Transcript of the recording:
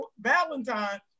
Valentine